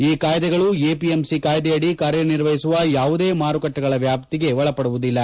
ಈ ಕಾಯ್ದೆಗಳು ಎಪಿಎಂಸಿ ಕಾಯ್ದೆಯಡಿ ಕಾರ್ಯನಿರ್ವಹಿಸುವ ಯಾವುದೇ ಮಾರುಕಟ್ಟೆಗಳ ವ್ಯಾಪ್ತಿಗೆ ಒಳಪಡುವುದಿಲ್ಲ